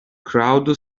crowd